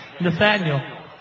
Nathaniel